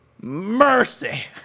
Mercy